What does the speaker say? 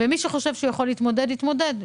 מי שחושב שהוא יכול להתמודד, יתמודד.